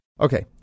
Okay